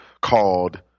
called